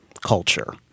culture